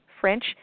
French